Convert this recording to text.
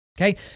okay